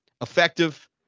effective